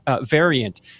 variant